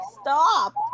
stop